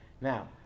Now